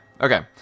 Okay